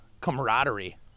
camaraderie